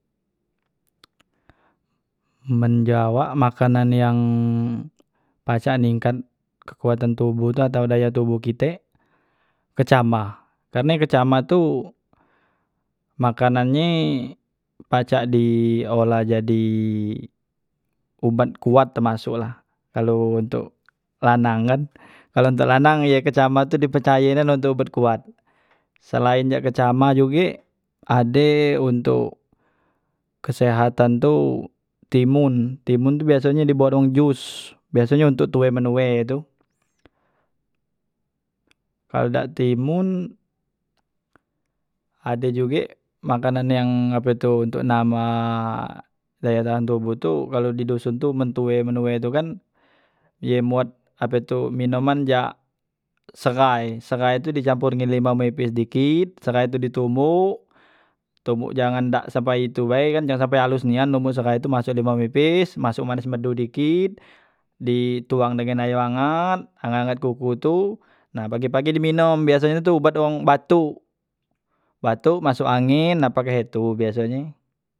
men ja awak makanan yang pacak ningkat kekuatan tubuh atau daya tubuh kite kecambah karne kecambah tu makanan nye pacak di olah jadi ubat kuat temasuk la untuk lanang kan kalu untuk lanang ye kecambah tu di percaye nian untuk obat kuat selain cak kecambah juge ade untuk kesehatan tu timun, timun tu biasonye di buat wong jus biasonyo untuk tue menue tu, kalu dak timun ade juge makanan yang ape tu ntuk nambah daya tahan tubuh tu kalu di duson tu men tue menue tu kan ye muat apetu minuman jak seghai, seghai tu di campor ngan limau nipis dikit, serai tu di tombok, tombok jangan dak sampai itu bae kan jangan sampai alus nian tombok seghai tu masok limau nipis masok manis madu dikit di tuang dengan ayo angat, angat- angat kuku tu nah pagi- pagi di minom biasonyo tu obat wong batuk, batuk masuk angin na pake he tu biasonye.